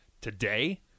today